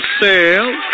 sale